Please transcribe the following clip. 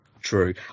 True